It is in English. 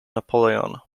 napoleon